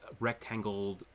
rectangled